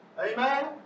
Amen